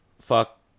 Fuck